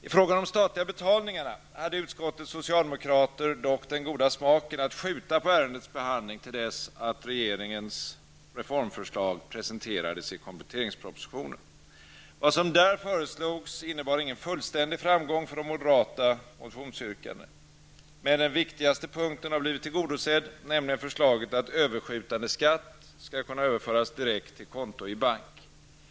I fråga om de statliga betalningarna hade utskottets socialdemokrater dock den goda smaken att skjuta på ärendets behandling till dess att regeringens reformförslag presenterades i kompletteringspropositionen. Vad som där förslogs innebar ingen fullständig framgång för de moderata motionsyrkandena. Men den viktigaste punkten har blivit tillgodosedd, nämligen förslaget att överskjutande skatt skall kunna överföras direkt till konto i bank.